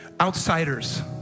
outsiders